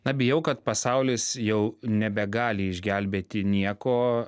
na bijau kad pasaulis jau nebegali išgelbėti nieko